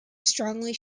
strongly